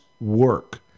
work